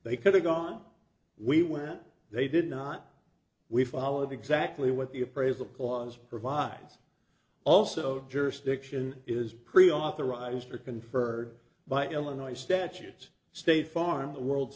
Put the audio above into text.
they could have gone we went they did not we followed exactly what the appraisal clause provide also jurisdiction is pretty authorized for conferred by illinois statutes state farm the world's